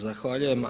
Zahvaljujem.